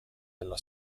della